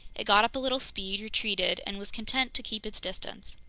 it got up a little speed, retreated, and was content to keep its distance.